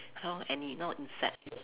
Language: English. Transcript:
hor any n~ insect